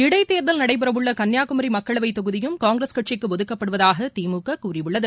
இடைத்தேர்தல் நடைபெறவுள்ள கன்னியாகுமரி மக்களவைத் தொகுதியும் காங்கிரஸ் கட்சிக்கு ஒதுக்கப்படுவதாக திமுக கூறியுள்ளது